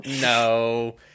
No